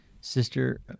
Sister